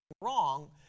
wrong